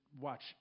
watch